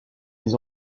les